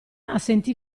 assentí